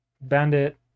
Bandit